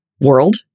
world